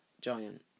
giant